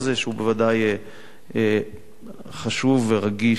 שהוא בוודאי חשוב ורגיש מאוד.